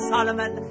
Solomon